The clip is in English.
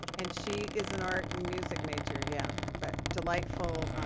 and she is an art and music major, yeah, but delightful,